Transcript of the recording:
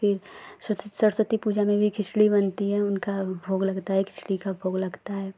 फिर सरस्वती पूजा में भी खिचड़ी बनती है उसका भोग लगता है खिचड़ी का भोग लगता है